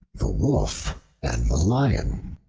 the wolf and the lion